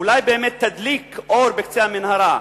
אולי באמת תדליק אור בקצה המנהרה,